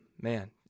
man